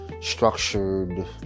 structured